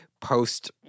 post